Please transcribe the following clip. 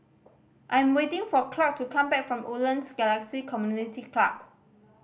I am waiting for Clarke to come back from Woodlands Galaxy Community Club